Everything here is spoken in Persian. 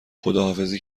خداحافظی